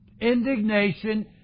Indignation